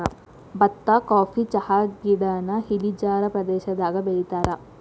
ಬತ್ತಾ ಕಾಫಿ ಚಹಾಗಿಡಾನ ಇಳಿಜಾರ ಪ್ರದೇಶದಾಗ ಬೆಳಿತಾರ